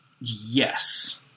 yes